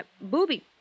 Booby